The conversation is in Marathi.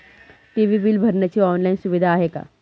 टी.वी बिल भरण्यासाठी ऑनलाईन सुविधा आहे का?